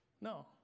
No